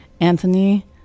Anthony